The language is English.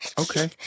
Okay